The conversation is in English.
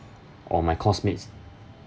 or my coursemates